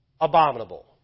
abominable